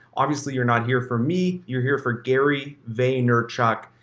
obviously, you're not here for me. you're here for gary vaynerchuk,